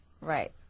Right